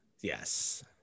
Yes